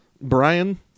Brian